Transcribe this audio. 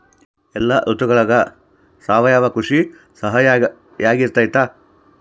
ಎಲ್ಲ ಋತುಗಳಗ ಸಾವಯವ ಕೃಷಿ ಸಹಕಾರಿಯಾಗಿರ್ತೈತಾ?